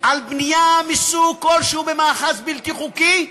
על בנייה מסוג כלשהו במאחז בלתי חוקי,